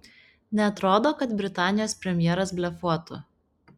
neatrodo kad britanijos premjeras blefuotų